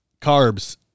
Carbs